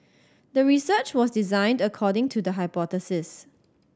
the research was designed according to the hypothesis